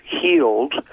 healed